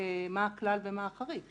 מה הכלל ומה החריג.